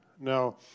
Now